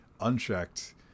unchecked